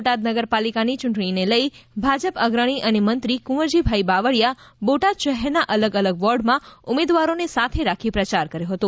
બોટાદ નગરપાલિકાની ચૂંટણીને લઈ ભાજપ અગ્રણી અને મંત્રી કુંવરજીભાઇ બાવળિયા બોટાદ શહેરના અલગ અલગ વોર્ડમાં ઉમેદવારોને સાથે રાખી પ્રયાર કર્યો હતો